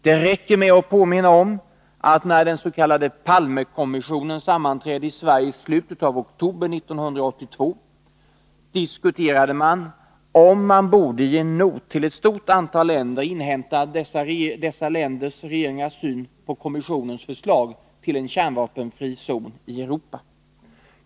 Det räcker med att påminna om att när den s.k. Palmekommissionen sammanträdde i Sverige i slutet av oktober 1982 diskuterades om man borde i en not till ett stort antal länder inhämta dessa länders regeringars syn på kommissionens förslag till en kärnvapenfri zon i Europa.